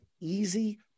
easy